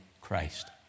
Christ